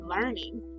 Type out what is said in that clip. learning